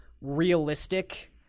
realistic